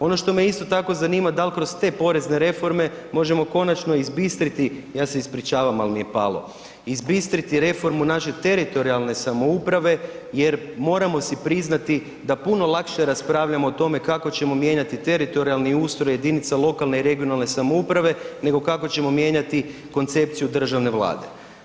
Ono što me isto tako zanima, da li kroz te porezne reforme možemo konačno izbistriti, ja se ispričavam, ali mi je palo, izbistriti reformu naše teritorijalne samouprave jer moramo si priznati da puno lakše raspravljamo o tome kako ćemo mijenjati teritorijalni ustroj jedinica lokalne i regionalne samouprave nego kako ćemo mijenjati koncepciju državne Vlade.